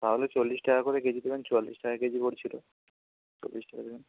তাহলে চল্লিশ টাকা করে কেজি দেবেন চুয়াল্লিশ টাকা কেজি পড়ছিলো চল্লিশ টাকা দেবেন